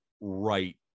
right